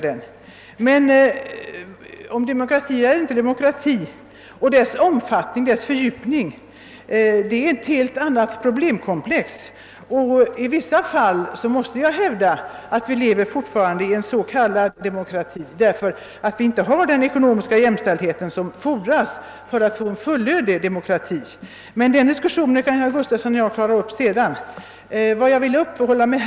Frågan om demokratins omfattning och fördjupning är ett helt annat problemkomplex än det vi nu diskuterar, I vissa fall måste jag hävda att vi fortfarande lever i en s.k. demokrati, eftersom vi inte har den ekonomiska jämställdhet som fordras för att få till stånd en fullödig demokrati. Men en diskussion om denna sak kan herr Gustafson och jag föra en annan gång.